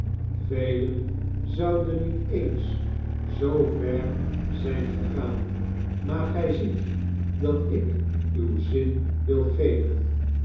velen zouden niet eens zoo ver zijn gegaan maar gij ziet dat ik uw zin wil geven